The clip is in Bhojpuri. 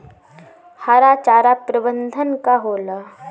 हरा चारा प्रबंधन का होला?